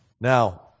Now